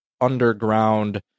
underground